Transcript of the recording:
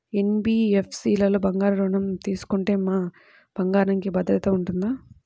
NBFC లలో బంగారు ఋణం తీసుకుంటే మా బంగారంకి భద్రత ఉంటుందా?